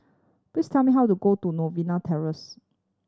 please tell me how to go to Novena Terrace